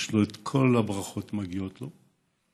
שכל הברכות מגיעות לו,